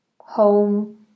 home